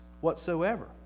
whatsoever